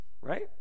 Right